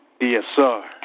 DSR